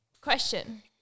Question